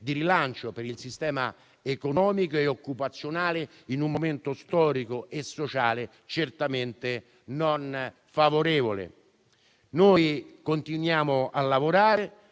di rilancio per il sistema economico e occupazionale, in un momento storico e sociale certamente non favorevole. Continueremo a lavorare